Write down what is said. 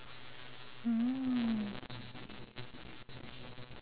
mm